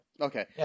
Okay